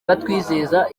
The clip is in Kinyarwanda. batwizeza